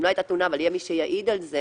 גם אם לא הייתה תלונה ויהיה מי שיעיד על זה